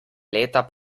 leta